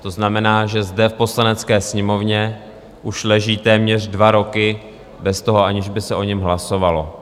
To znamená, že zde v Poslanecké sněmovně už leží téměř dva roky bez toho, aniž by se o něm hlasovalo.